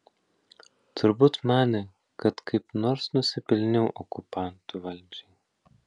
turbūt manė kad kaip nors nusipelniau okupantų valdžiai